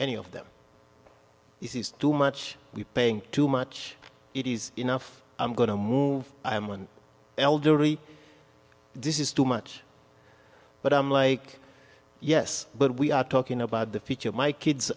any of them it is too much we paying too much it is enough i'm going to move i am an elderly this is too much but i'm like yes but we are talking about the future my kids